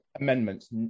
amendments